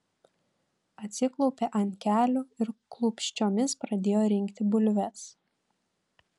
atsiklaupė ant kelių ir klūpsčiomis pradėjo rinkti bulves